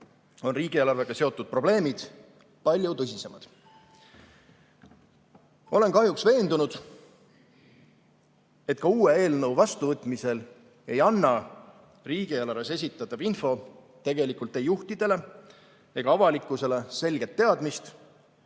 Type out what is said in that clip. on riigieelarvega seotud probleemid palju tõsisemad. Olen kahjuks veendunud, et ka uue eelnõu vastuvõtmisel ei anna riigieelarves esitatav info tegelikult ei juhtidele ega avalikkusele selget teadmist,